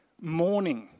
morning